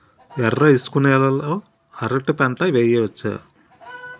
ఎర్ర ఇసుక నేల లో అరటి పంట వెయ్యచ్చా?